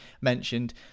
mentioned